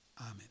Amen